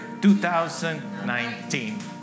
2019